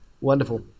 Wonderful